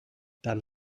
dann